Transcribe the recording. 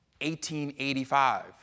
1885